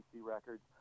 Records